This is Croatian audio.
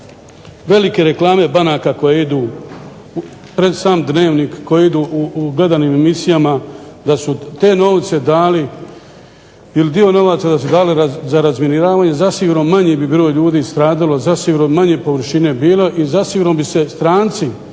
velike reklame banaka pred sam dnevnik koje idu u gledanim emisijama, da su te novce dali ili dio novaca da su dali za razminiravanje zasigurno bi bilo manje ljudi stradalo, zasigurno bi manje površine bilo i zasigurno bi se stranci